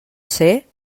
ser